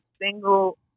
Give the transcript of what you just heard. single